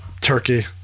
turkey